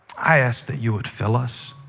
i ask that you would fill us